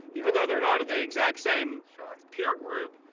even though they're not in the exact same peer group,